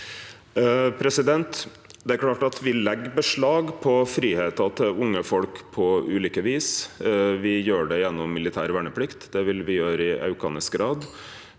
Det er klart at me legg beslag på fridomen til unge folk på ulike vis. Me gjer det gjennom militær verneplikt. Det vil me gjere i aukande grad.